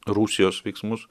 rusijos veiksmus